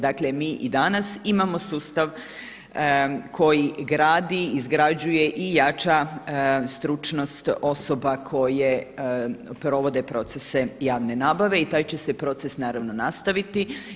Dakle, mi i danas imamo sustav koji gradi, izgrađuje i jača stručnost osoba koje provode procese javne nabave i taj će se proces naravno nastaviti.